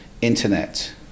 Internet